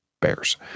Bears